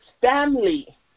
family